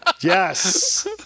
Yes